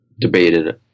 debated